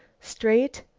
straight,